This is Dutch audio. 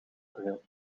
bril